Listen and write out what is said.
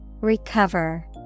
Recover